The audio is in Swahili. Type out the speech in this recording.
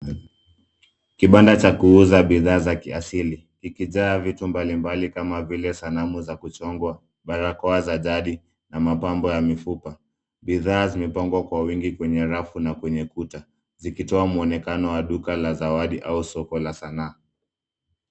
Kibanda cha kuuza bidhaa za kiasili zikijaa vitu mbalimbali kama vile sanamu za kuchongwa, barakoa za jadi na mapambo ya mifupa. Bidhaa zimepangwa kwa wingi kwenye rafu na kwenye kuta zikitoa mwonekano wa duka la zawadi au soko la sanaa.